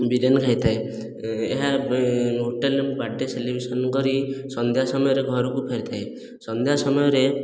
ବିରିୟାନି ଖାଇଥାଏ ଏହା ହୋଟେଲରେ ମୁଁ ବର୍ଥଡ଼େ ସେଲିବ୍ରେସନ କରି ସନ୍ଧ୍ୟା ସମୟରେ ଘରକୁ ଫେରିଥାଏ ସନ୍ଧ୍ୟା ସମୟରେ